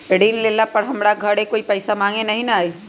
ऋण लेला पर हमरा घरे कोई पैसा मांगे नहीं न आई?